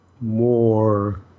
more